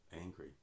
angry